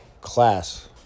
class